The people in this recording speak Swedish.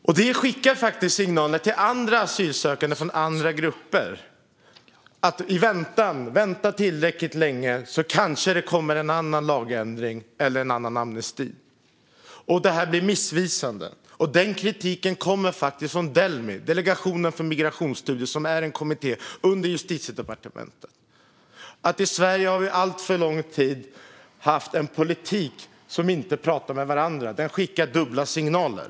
Detta skickar faktiskt signaler till asylsökande från andra grupper: Vänta tillräckligt länge, så kanske det kommer en annan lagändring eller en annan amnesti! Det här blir missvisande. Den kritiken kommer faktiskt från Delmi, Delegationen för migrationsstudier, som är en kommitté under Justitiedepartementet. I Sverige har vi under alltför lång tid haft en politik där man inte pratar med varandra. Den skickar dubbla signaler.